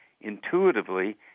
intuitively